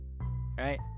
Right